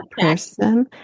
person